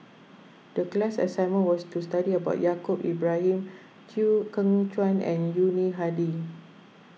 the class assignment was to study about Yaacob Ibrahim Chew Kheng Chuan and Yuni Hadi